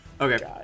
Okay